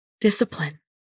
discipline